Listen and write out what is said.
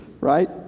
Right